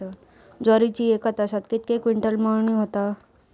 ज्वारीची एका तासात कितके क्विंटल मळणी होता?